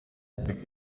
yongeyeho